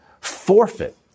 forfeit